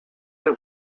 del